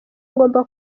ngomba